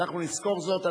אנחנו נזכור זאת,